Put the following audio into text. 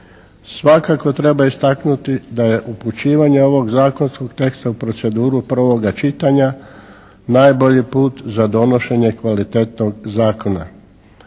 Svakako treba istaknuti da je upućivanje ovog zakonskog teksta u proceduru prvoga čitanja najbolji put za donošenje kvalitetnog zakona.